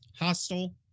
hostile